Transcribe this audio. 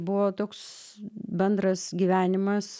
buvo toks bendras gyvenimas